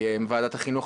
ועדת החינוך,